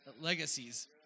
legacies